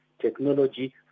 Technology